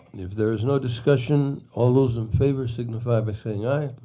if there is no discussion, all those in favor, signify by saying aye.